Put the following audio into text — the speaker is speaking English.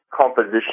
composition